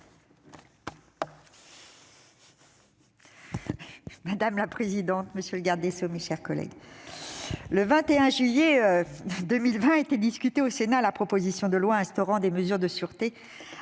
Madame la présidente, monsieur le garde des sceaux, mes chers collègues, le 21 juillet 2020 a été discutée au Sénat la proposition de loi instaurant des mesures de sûreté